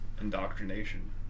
indoctrination